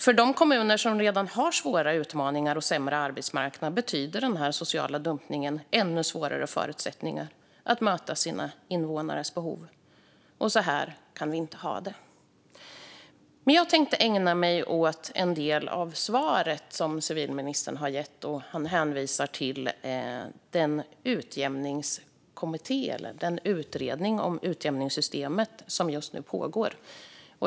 För de kommuner som redan har svåra utmaningar och sämre arbetsmarknad betyder den sociala dumpningen ännu svårare förutsättningar att möta sina invånares behov. Så här kan vi inte ha det. Jag tänkte ägna mig åt en del av svaret som civilministern har gett. Han hänvisar till den utredning om utjämningssystemet som just nu pågår.